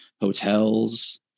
hotels